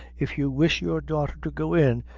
if you wish your daughter to go in,